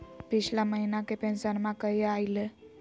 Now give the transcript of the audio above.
पिछला महीना के पेंसनमा कहिया आइले?